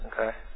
Okay